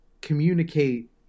communicate